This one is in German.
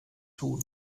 tun